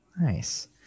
Nice